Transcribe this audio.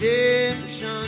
Redemption